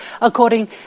According